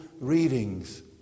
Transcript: readings